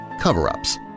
cover-ups